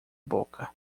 boca